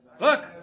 Look